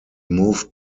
moved